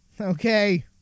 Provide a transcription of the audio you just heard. Okay